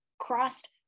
crossed